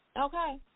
Okay